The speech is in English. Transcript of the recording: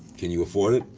can you afford it?